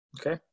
Okay